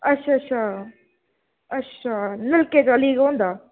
अच्छा अच्छा अच्छा हां अच्छा हां नलके चा लीक होंदा